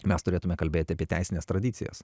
mes turėtume kalbėti apie teisines tradicijas